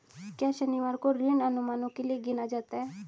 क्या शनिवार को ऋण अनुमानों के लिए गिना जाता है?